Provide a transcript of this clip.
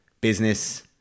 business